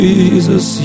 Jesus